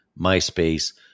MySpace